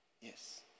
Yes